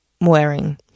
wearing